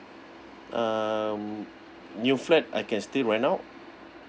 um new flat I can still rent out